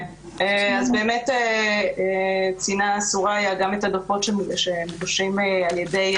אז באמת ציינה סוריא גם את הדוחות שמוגשים על-ידי